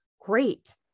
Great